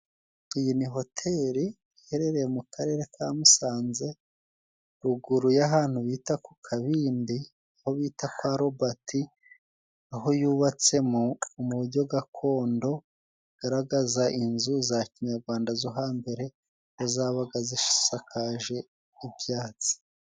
Iyi ni Hoteli yaherereye mu Karere ka Musanze ruguru y'ahantu bita ku Kabindi aho bita kwa Robati, aho yubatse mu uburyo gakondo bugaragaza inzu za kinyarwanda zo hambere zabaga zisakaje ibyatsi.